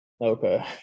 Okay